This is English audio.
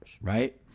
right